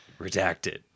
Redacted